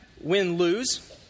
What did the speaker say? win-lose